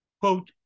Quote